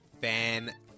fan